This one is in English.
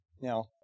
Now